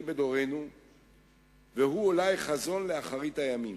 בדורנו והוא אולי חזון לאחרית הימים.